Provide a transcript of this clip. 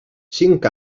cinc